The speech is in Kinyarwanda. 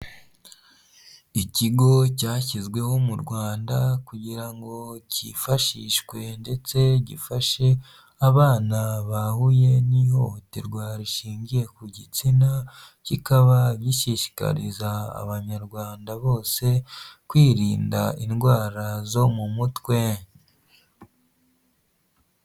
Ikigo cyashyizweho mu Rwanda, kugira ngo cyifashishwe ndetse gifashe abana bahuye n'ihohoterwa rishingiye ku gitsina, kikaba gishishikariza Abanyarwanda bose kwirinda indwara zo mu mutwe.